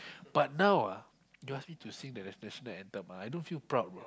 but now ah you ask me to sing the national anthem ah I don't feel proud know